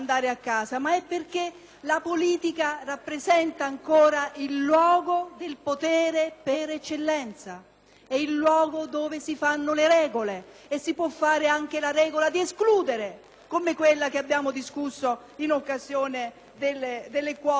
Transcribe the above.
il luogo in cui si stabiliscono le regole e si può stabilire anche la regola di escludere, come quella che abbiamo discusso in occasione della legge sulle quote, quando il centrodestra ha cambiato la legge per il Parlamento nazionale.